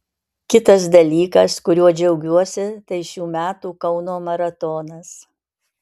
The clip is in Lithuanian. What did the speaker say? kitas dalykas kuriuo džiaugiuosi tai šių metų kauno maratonas